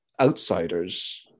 outsiders